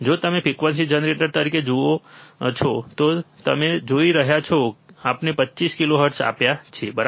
જો તમે frequency generator તરીકે નજીકથી જુઓ છો તો તમે જોઈ શકો છો કે આપણે 25 કિલોહર્ટ્ઝ આપ્યા છે બરાબર